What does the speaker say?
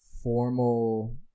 formal